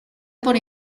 por